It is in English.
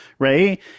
right